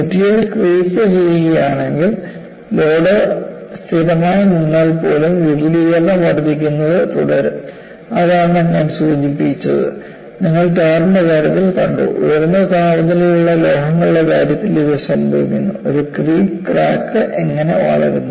material creep ചെയ്യുകയാണെങ്കിൽ load സ്ഥിരമായി നിന്നാൽ പോലും വിപുലീകരണം വർദ്ധിക്കുന്നത് തുടരും അതാണ് ഞാൻ സൂചിപ്പിച്ചത് നിങ്ങൾ ടാറിൻറെ കാര്യത്തിൽ കണ്ടു ഉയർന്ന താപനിലയിലുള്ള ലോഹങ്ങളുടെ കാര്യത്തിൽ ഇത് സംഭവിക്കുന്നു ഒരു ക്രീപ്പ് ക്രാക്ക് എങ്ങനെ വളരുന്നു